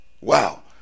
Wow